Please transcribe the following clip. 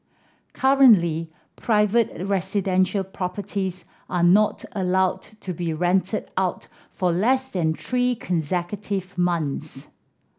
currently private residential properties are not allowed to be rented out for less than three consecutive months